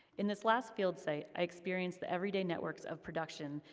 in this last field site, i experienced the everyday networks of production,